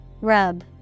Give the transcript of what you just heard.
Rub